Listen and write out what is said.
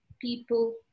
people